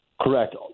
correct